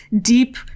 deep